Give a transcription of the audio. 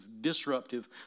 disruptive